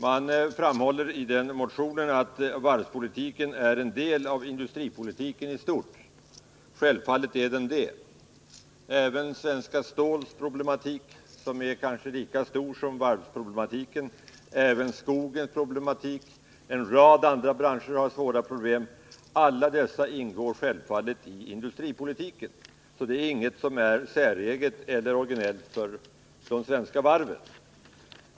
Man framhåller i motionen att varvspolitiken är en del av industripolitiken i stort. Självfallet är den det. Svenskt Stål har problem som kanske är lika stora som varvsproblemen. Även skogsindustrin och en rad andra branscher har svåra problem. Alla dessa branscher ingår självfallet i industripolitiken, så det är inget som är säreget eller originellt för de svenska varven.